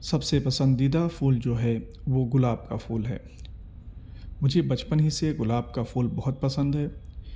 سب سے پسندیدہ پھول جو ہے وہ گلاب کا پھول ہے مجھے بچپن ہی سے گلاب کا پھول بہت پسند ہے